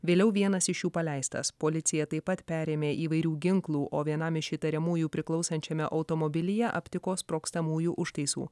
vėliau vienas iš jų paleistas policija taip pat perėmė įvairių ginklų o vienam iš įtariamųjų priklausančiame automobilyje aptiko sprogstamųjų užtaisų